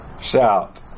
shout